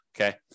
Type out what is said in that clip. okay